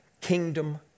kingdom